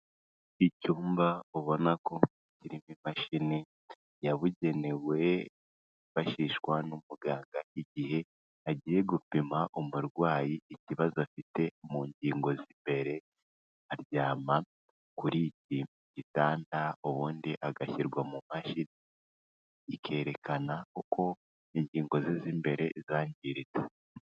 Icyumba ubona ko kirimo imashini yabugenewe yifashishwa n'umuganga igihe agiye gupima umurwayi ikibazo afite mu ngingo z'imbere, aryama kuri iki gitanda ubundi agashyirwa mu mashini ikerekana uko ingingo ze z'imbere zangiritse.